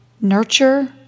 nurture